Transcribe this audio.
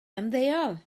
ymddeol